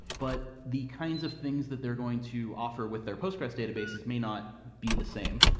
but the kinds of things that they're going to offer with their postgres databases may not be the same.